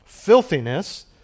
Filthiness